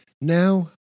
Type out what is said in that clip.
Now